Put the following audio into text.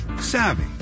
savvy